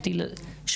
בבקשה.